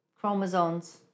chromosomes